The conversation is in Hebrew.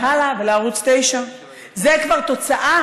להלא ולערוץ 9. זה כבר תוצאה,